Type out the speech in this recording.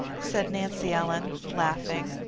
said nancy ellen, laughing.